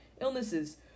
illnesses